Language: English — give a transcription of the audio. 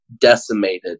decimated